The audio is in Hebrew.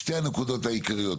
שתי הנקודות העיקריות,